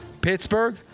Pittsburgh